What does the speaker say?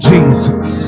Jesus